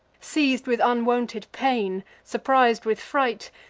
seiz'd with unwonted pain, surpris'd with fright,